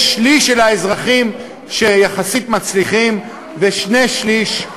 שליש מהאזרחים יחסית מצליחים ושני-שלישים